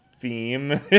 theme